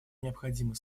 необходимо